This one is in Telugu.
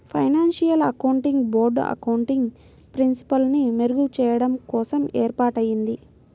ఫైనాన్షియల్ అకౌంటింగ్ బోర్డ్ అకౌంటింగ్ ప్రిన్సిపల్స్ని మెరుగుచెయ్యడం కోసం ఏర్పాటయ్యింది